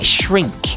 shrink